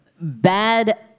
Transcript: Bad